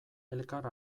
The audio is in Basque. elkar